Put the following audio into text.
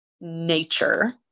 nature